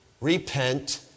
Repent